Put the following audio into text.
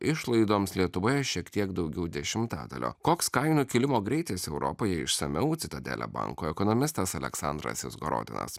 išlaidoms lietuvoje šiek tiek daugiau dešimtadalio koks kainų kilimo greitis europoje išsamiau citadele banko ekonomistas aleksandras izgorodinas